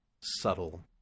subtle